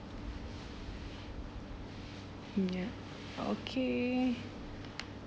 mm ya okay